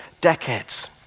decades